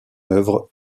œuvre